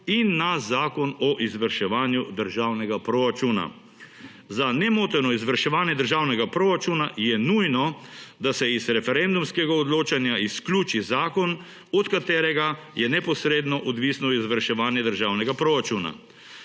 in na zakon o izvrševanju državnega proračuna. Za nemoteno izvrševanje državnega proračuna je nujno, da se iz referendumskega odločanja izključi zakon, od katerega je neposredno odvisno izvrševanje državnega proračuna.